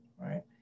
right